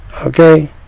Okay